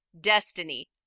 destiny